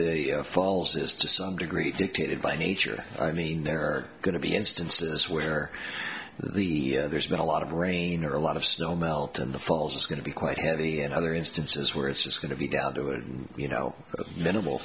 the falls is to some degree dictated by nature i mean there are going to be instances where the there's been a lot of rain or a lot of snow melt in the falls it's going to be quite heavy in other instances where it's just going to be down to you know minimal